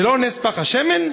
זה לא נס פך השמן?